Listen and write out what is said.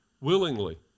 willingly